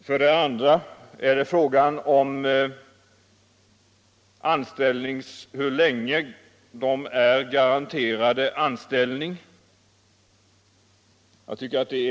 För det andra är det fråga om hur länge de är garanterade anställning.